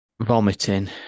vomiting